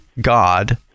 God